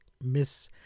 Miss